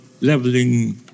leveling